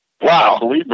Wow